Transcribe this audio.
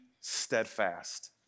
steadfast